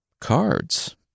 cards